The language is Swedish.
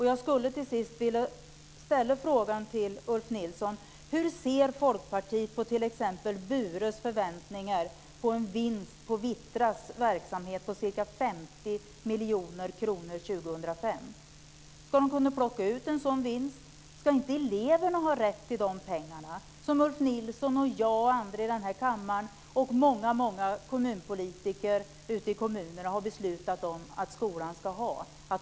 Jag skulle till sist vilja ställa frågan till Ulf Nilsson: Hur ser Folkpartiet på t.ex. Bures förväntningar på en vinst på Vittras verksamhet på ca 50 miljoner kronor 2005? Ska de kunna plocka ut en sådan vinst? Ska inte eleverna ha rätt till dessa pengar, som Ulf Nilsson och jag och andra i den här kammaren och många kommunpolitiker har beslutat om att skolan ska ha?